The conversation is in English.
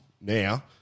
now